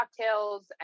cocktails